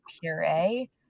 puree